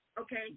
Okay